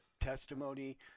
testimony